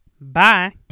Bye